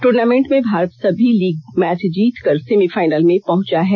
tournament में भारत सभी league match जीतकर सेमीफाइनल में पहुंचा है